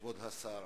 כבוד השר,